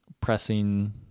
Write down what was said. pressing